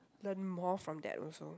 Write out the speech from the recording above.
learn more from that also